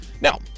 Now